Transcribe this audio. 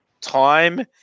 time